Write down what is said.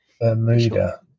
Bermuda